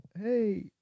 Hey